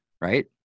right